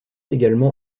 également